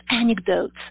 anecdotes